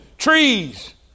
Trees